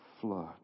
flood